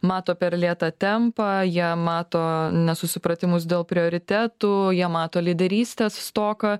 mato per lėtą tempą jie mato nesusipratimus dėl prioritetų jie mato lyderystės stoką